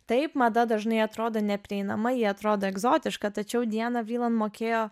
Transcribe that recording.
taip mada dažnai atrodo neprieinama ji atrodo egzotiška tačiau diana vriland mokėjo